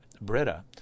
Britta